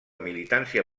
militància